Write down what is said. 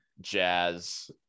jazz